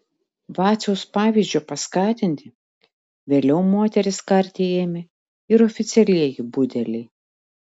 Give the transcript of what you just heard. vaciaus pavyzdžio paskatinti vėliau moteris karti ėmė ir oficialieji budeliai